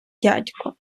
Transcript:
дядько